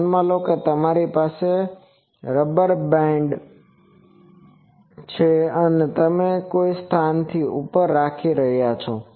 ધ્યાનમાં લો કે તમારી પાસે રબર બેન્ડ છે અને તમે તેને કોઈ સ્થાનથી ઉપર રાખી રહ્યા છો